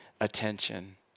attention